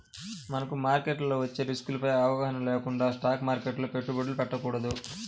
మనకు మార్కెట్లో వచ్చే రిస్కులపై అవగాహన లేకుండా స్టాక్ మార్కెట్లో పెట్టుబడులు పెట్టకూడదు